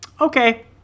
Okay